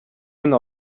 минь